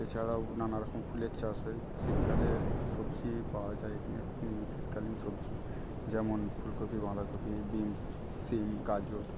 এছাড়াও নানারকম ফুলের চাষ হয় শীতকালে সবজি পাওয়া যায় শীতকালীন সবজি যেমন ফুলকপি বাধাকপি বিন্স সিম গাজর